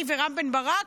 אני ורם בן ברק,